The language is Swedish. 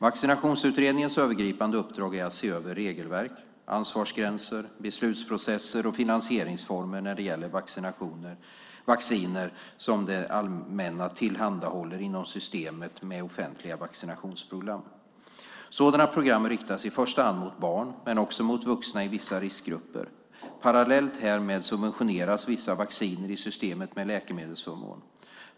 Vaccinutredningens övergripande uppdrag är att se över regelverk, ansvarsgränser, beslutsprocesser och finansieringsformer när det gäller vacciner som det allmänna tillhandahåller inom systemet med offentliga vaccinationsprogram. Sådana program riktas i första hand mot barn, men också mot vuxna i vissa riskgrupper. Parallellt härmed subventioneras vissa vacciner i systemet med läkemedelsförmån.